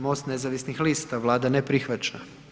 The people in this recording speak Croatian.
MOST nezavisnih lista, Vlada ne prihvaća.